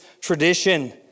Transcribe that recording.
tradition